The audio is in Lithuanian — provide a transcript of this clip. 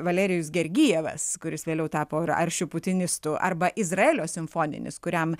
valerijus gergijevas kuris vėliau tapo aršiu putinistu arba izraelio simfoninis kuriam